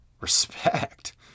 Respect